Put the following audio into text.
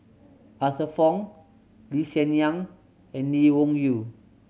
Arthur Fong Lee Hsien Yang and Lee Wung Yew